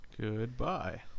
Goodbye